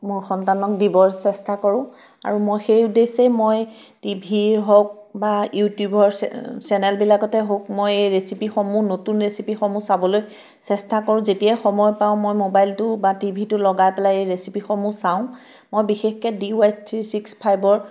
মোৰ সন্তানক দিবৰ চেষ্টা কৰোঁ আৰু মই সেই উদ্দেশ্যেই মই টিভিৰ হওক বা ইউটিউবৰ চে চেনেলবিলাকতে হওক মই এই ৰেচিপিসমূহ নতুন ৰেচিপিসমূহ চাবলৈ চেষ্টা কৰোঁ যেতিয়াই সময় পাওঁ মই মোবাইলটো বা টিভিটো লগাই পেলাই এই ৰেচিপিসমূহ চাওঁ মই বিশেষকৈ ডি ৱাই থ্ৰী ছিক্স ফাইভৰ